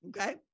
okay